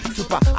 Super